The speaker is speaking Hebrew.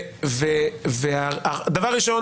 דבר ראשון,